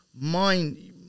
mind